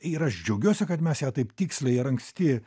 ir aš džiaugiuosi kad mes ją taip tiksliai ir anksti